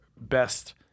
best